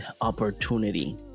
opportunity